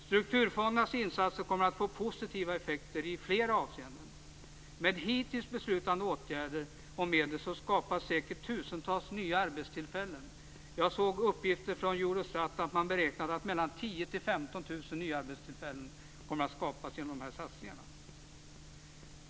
Strukturfondernas insatser kommer att få positiva effekter i flera avseenden. Med hittills beslutade åtgärder och medel skapas säkert tusentals nya arbetstillfällen - jag såg uppgifter om att man beräknade att mellan 10 000 och 15 000 nya arbetstillfällen kommer att skapas genom dessa satsningar.